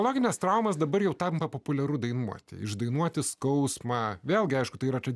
logines traumas dabar jau tampa populiaru dainuoti išdainuoti skausmą vėlgi aišku tai yra tas